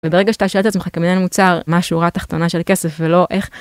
וברגע שאתה שואל את עצמך כמנהל מוצר מה שורה התחתונה של כסף ולא איך.